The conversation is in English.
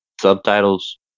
subtitles